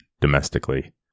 domestically